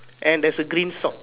and there is green sock